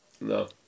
No